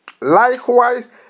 likewise